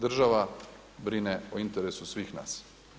Država brine o interesu svih nas.